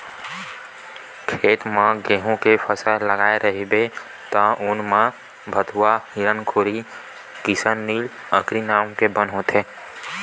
खेत म गहूँ के फसल लगाए रहिबे तउन म भथुवा, हिरनखुरी, किसननील, अकरी नांव के बन होथे